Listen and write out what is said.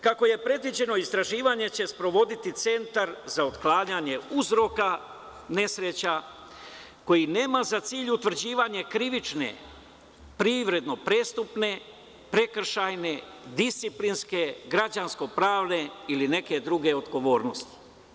Kako je predviđeno, istraživanje će sprovoditi centar za otklanjanje uzroka nesreća koji nema za cilj utvrđivanje krivične, privredno prestupne, prekršajne, disciplinske, građansko pravne ili neke druge odgovornosti.